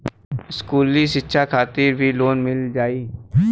इस्कुली शिक्षा खातिर भी लोन मिल जाई?